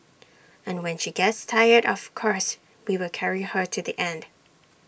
and when she gets tired of course we will carry her to the end